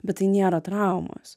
bet tai nėra traumos